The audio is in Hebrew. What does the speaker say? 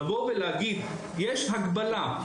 לבוא ולהגיד: ״יש הגבלה.